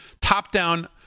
top-down